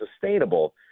sustainable